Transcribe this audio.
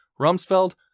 Rumsfeld